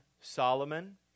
Solomon